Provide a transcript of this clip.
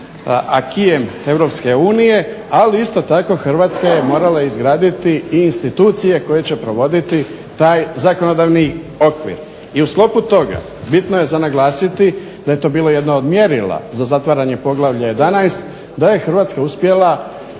Hrvatska uđe njene